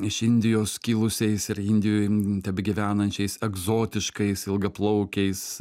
iš indijos kilusiais ir indijoj tebegyvenančiais egzotiškais ilgaplaukiais